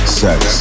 sex